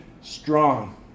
strong